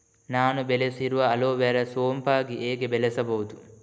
ನಾನು ಬೆಳೆಸಿರುವ ಅಲೋವೆರಾ ಸೋಂಪಾಗಿ ಹೇಗೆ ಬೆಳೆಸಬಹುದು?